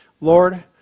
Lord